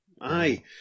aye